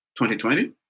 2020